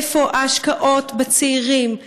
איפה ההשקעות בצעירים?